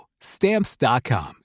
stamps.com